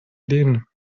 ideen